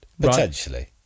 Potentially